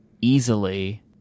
easily